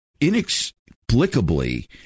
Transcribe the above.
inexplicably